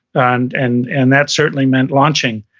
and and and that certainly meant launching.